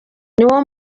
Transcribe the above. nibo